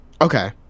Okay